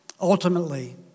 ultimately